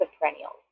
perennials